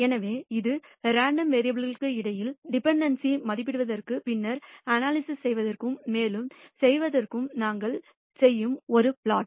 எனவே இது இரண்டு வேரியபுல் கள் இடையே டெபண்டன்ஸி மதிப்பிடுவதற்கும் பின்னர் அனாலிசிஸ் செய்வதற்கு மேலும் செய்வதற்கும் நாங்கள் செய்யும் ஒரு பிளாட்